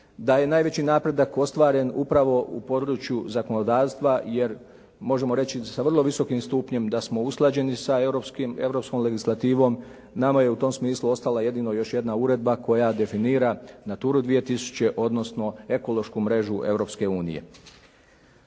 da je najveći napredak ostvaren upravo u području zakonodavstva, jer možemo reći sa vrlo visokim stupnjem da smo usklađeni sa europskom legislativom. Nama je u tom smislu ostala jedino još jedna uredba koja definira "Naturu 2000.", odnosno "Ekološku mrežu